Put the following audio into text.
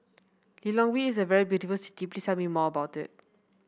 Lilongwe is a very beautiful city please tell me more about it